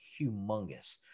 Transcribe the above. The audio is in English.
humongous